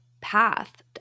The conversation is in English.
path